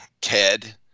Ted